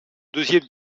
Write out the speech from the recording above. deuxième